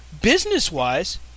Business-wise